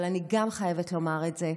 אבל אני גם חייבת לומר את זה,